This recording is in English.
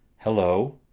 hello,